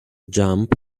jump